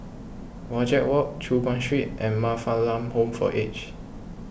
Wajek Walk Choon Guan Street and Man Fatt Lam Home for Aged